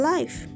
Life